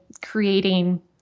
creating